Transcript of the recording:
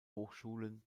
hochschulen